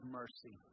mercy